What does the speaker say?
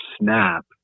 snap